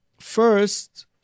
first